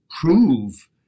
prove